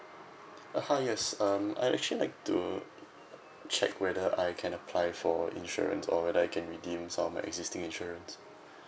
uh hi yes um I actually like to check whether I can apply for insurance or whether I can redeem some existing insurance